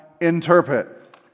interpret